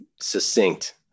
succinct